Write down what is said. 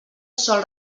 sol